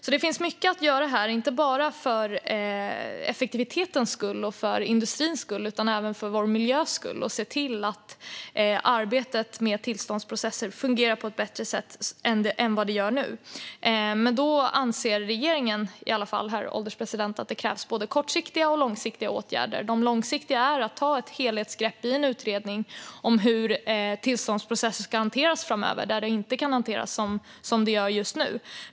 Det finns alltså mycket att göra här, inte bara för effektivitetens och industrins skull utan även för vår miljös skull. Vi behöver se till att arbetet med tillståndsprocesser fungerar på ett bättre sätt än vad det gör nu. Regeringen anser, herr ålderspresident, att det krävs både kortsiktiga och långsiktiga åtgärder. De långsiktiga är att ta ett helhetsgrepp i en utredning om hur tillståndsprocesser kan hanteras framöver, då de inte kan hanteras som de gör just nu.